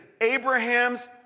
Abraham's